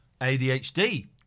ADHD